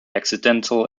accidental